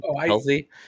healthy